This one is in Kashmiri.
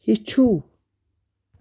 ہیٚچھِو